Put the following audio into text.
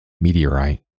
Meteorite